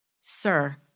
Sir